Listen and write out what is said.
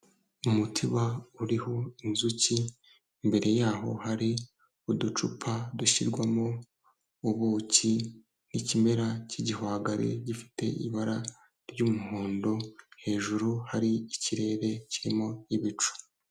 Umutiba uriho inzuki; imbere yaho hari uducupa dushyirwamo ubuki, n'ikimera cy'igihwagari gifite ibara ry'umuhondo; hejuru hari ikirere kirimo ibicu.